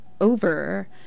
Over